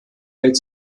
hält